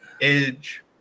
Edge